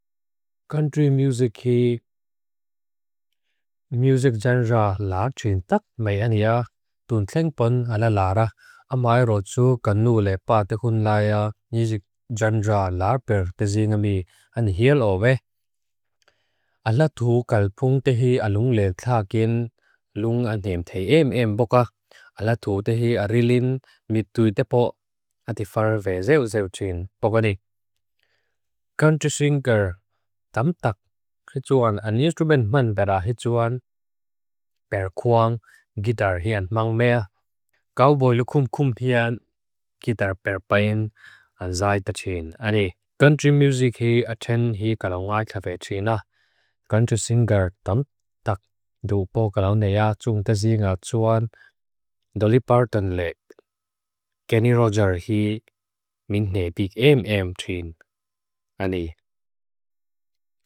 Country music hi. Music genre la chintak meaenia. Tuntlengpon ala lara. Amaerotsu kanule patekun laia. Music genre larper teziingami. An hielove. Alatu kalpung tehi alungle thakin. Lung anemthe emem boka. Alatu tehi arilin. Mituitepo. Atifarve zeu zeuchin. Bokane. Country singer. Tamtak. Hituan an instrument man bera hituan. Perkuang. Gitar hian mang mea. Kauboy lukum kum hian. Gitar perpain. An zaithachin. Ane. Country music hi. Aten hi. Kalaungaiklave. China. Country singer. Tamtak. Duupo. Kalaungaia. Tsung teziinga. Tsuan. Dolipartan leg. Kenny Roger hi. Mintne bik em em tun. Ane.